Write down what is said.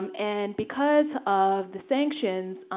um and because of the sanctions,